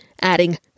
adding